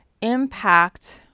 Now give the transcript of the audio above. impact